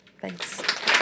Thanks